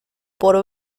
por